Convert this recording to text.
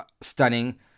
stunning